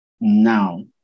now